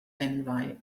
envy